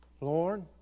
Lord